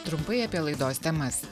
trumpai apie laidos temas